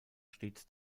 stets